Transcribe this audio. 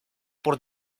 por